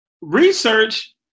research